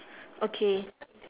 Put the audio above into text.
okay